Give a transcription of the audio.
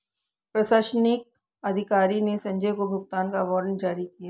प्रशासनिक अधिकारी ने संजय को भुगतान का वारंट जारी किया